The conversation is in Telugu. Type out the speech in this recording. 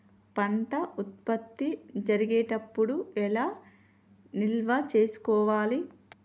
పంట ఉత్పత్తి జరిగేటప్పుడు ఎలా నిల్వ చేసుకోవాలి?